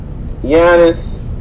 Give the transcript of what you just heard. Giannis